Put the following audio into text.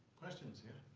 questions, yeah.